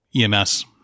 EMS